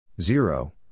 Zero